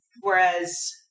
Whereas